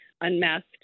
unmasked